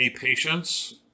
patients